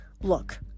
Look